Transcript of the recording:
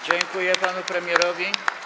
Dziękuję panu premierowi.